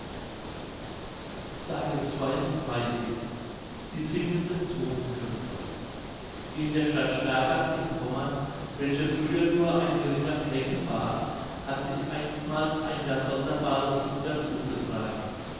s die singenden todtenköpfe in der stadt stargard in pommern welche früher nur ein geringer flecken war hat sich einstmals ein gar sonderbares wunder zugetragen